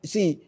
See